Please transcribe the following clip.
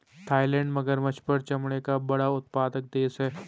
Thailand मगरमच्छ पर चमड़े का बड़ा उत्पादक देश है